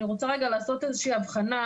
אני רוצה רגע לעשות איזו שהיא הבחנה,